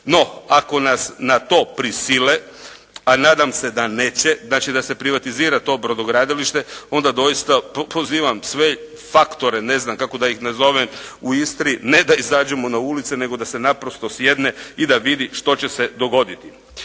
No, ako nas na to prisile, a nadam se da neće, znači da se privatizira to brodogradilište, onda doista pozivam sve faktore, ne znam kako da ih nazovem u Istri, ne da izađemo na ulice nego da se naprosto sjedne i da vidi što će se dogoditi.